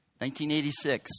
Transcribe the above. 1986